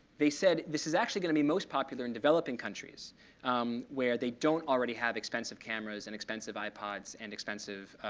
they said, this is actually going to be most popular in developing countries um where they don't already have expensive cameras and expensive ipods and expensive